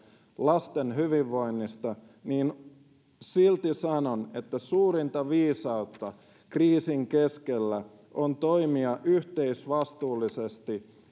lasten hyvinvoinnista niin silti sanon että suurinta viisautta kriisin keskellä on toimia yhteisvastuullisesti